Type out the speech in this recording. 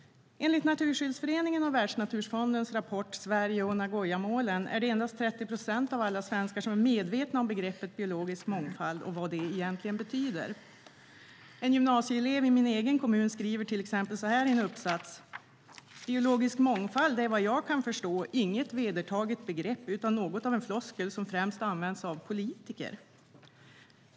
Enligt Naturskyddsföreningens och Världsnaturfondens rapport Sverige och Nagoyamålen är det endast 30 procent av alla svenskar som är medvetna om begreppet biologisk mångfald och vad det egentligen betyder. En gymnasieelev i min egen kommun skriver i en uppsats att biologisk mångfald är vad eleven kan förstå inget vedertaget begrepp utan något av en floskel som främst används av politiker.